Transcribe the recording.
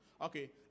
Okay